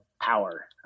power